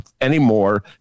anymore